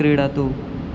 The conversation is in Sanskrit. क्रीडतु